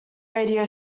radio